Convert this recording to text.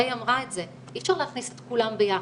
ריי אמרה את זה, אי אפשר להכניס את כולם ביחד,